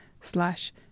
slash